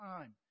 time